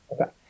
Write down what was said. Okay